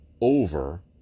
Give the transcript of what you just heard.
over